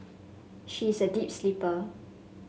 she is a deep sleeper